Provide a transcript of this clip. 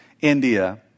India